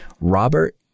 Robert